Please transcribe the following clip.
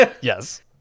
Yes